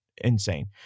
insane